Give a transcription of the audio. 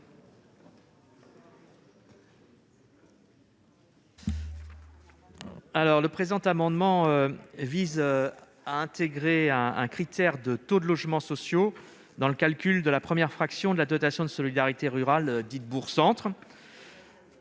Cet amendement vise à intégrer un critère de taux de logements sociaux dans le calcul de la première fraction de la dotation de solidarité rurale, dite « bourg-centre